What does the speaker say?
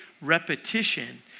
repetition